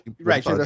Right